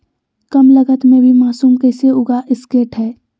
कम लगत मे भी मासूम कैसे उगा स्केट है?